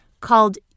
called